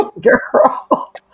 girl